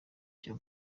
cya